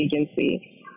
agency